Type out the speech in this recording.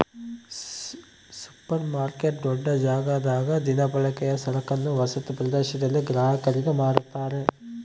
super market ದೊಡ್ಡ ಜಾಗದಲ್ಲಿ ದಿನಬಳಕೆಯ ಸರಕನ್ನು ವಸತಿ ಪ್ರದೇಶದಲ್ಲಿ ಗ್ರಾಹಕರಿಗೆ ಮಾರುತ್ತಾರೆ